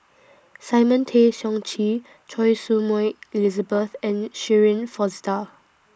Simon Tay Seong Chee Choy Su Moi Elizabeth and Shirin Fozdar